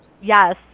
Yes